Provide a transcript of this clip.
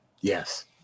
Yes